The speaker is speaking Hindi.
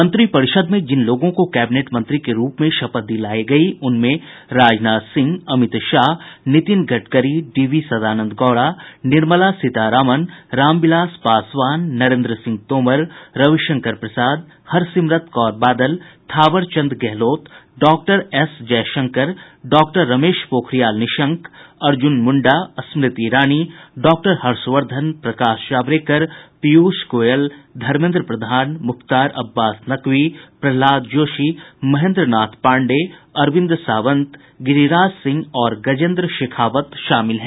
मंत्रिपरिषद में जिन लोगों को कैबिनेट मंत्री के रूप में शपथ दिलाई गई उनमें राजनाथ सिंह अमित शाह नितिन गडकरी डीवी सदानन्द गौड़ा निर्मला सीतारामन रामविलास पासवान नरेन्द्र सिंह तोमर रविशंकर प्रसाद हरसिमरत कौर बादल थावर चन्द गहलोत डॉएसजयशंकर डॉ रमेश पोखरियाल निशंक अर्जुन मुंडा स्मृति ईरानी डॉ हर्षवर्धन प्रकाश जावड़ेकर पीयूष गोयल धर्मेन्द प्रधान मुख्तार अब्बास नकवी प्रहलाद जोशी महेन्द्र नाथ पांडेय अरविन्द सावंत गिरिराज सिंह और गजेन्द्र शेखावत शामिल हैं